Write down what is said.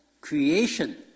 creation